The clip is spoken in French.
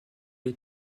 les